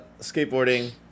skateboarding